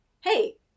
Hey